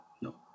No